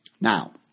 Now